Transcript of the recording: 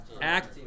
Act